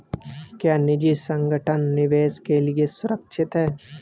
क्या निजी संगठन निवेश के लिए सुरक्षित हैं?